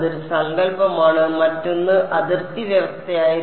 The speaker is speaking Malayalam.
അതൊരു സങ്കൽപ്പമാണ് മറ്റൊന്ന് അതിർത്തി വ്യവസ്ഥയായിരുന്നു